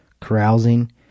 carousing